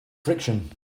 friction